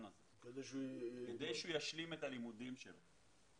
הזה כדי שהוא ישלים את הלימודים שלו.